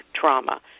trauma